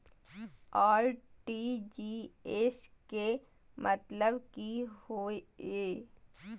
RTGS के मतलब की होय ये?